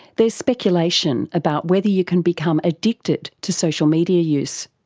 there's speculation about whether you can become addicted to social media use.